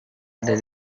ada